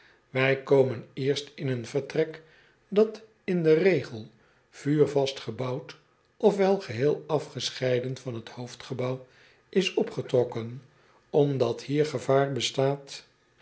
ij komen eerst in een vertrek dat in den regel vuurvast gebouwd of wel geheel afgescheiden van het hoofdgebouw is opgetrokken omdat hier gevaar bestaat